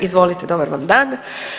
Izvolite, dobar vam dan.